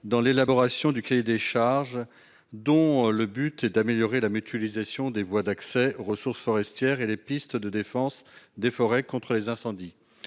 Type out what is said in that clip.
dans l'élaboration du cahier des charges dont le but est d'améliorer la mutualisation des voies d'accès aux ressources forestières et les pistes de défense des forêts contre les incendies